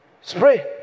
spray